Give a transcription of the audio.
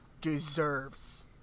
deserves